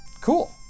cool